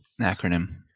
acronym